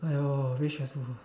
!aiyo! very stressful